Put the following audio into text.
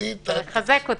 אתה מחזק אותי.